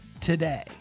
today